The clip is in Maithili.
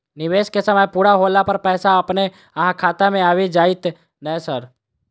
निवेश केँ समय पूरा होला पर पैसा अपने अहाँ खाता मे आबि जाइत नै सर?